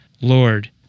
Lord